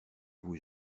vous